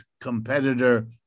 competitor